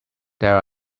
there